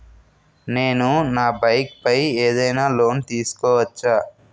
నేను నా బైక్ పై ఏదైనా లోన్ తీసుకోవచ్చా?